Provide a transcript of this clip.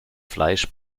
fleisch